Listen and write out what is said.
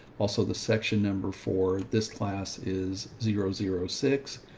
also, the section number for this class is zero zero six.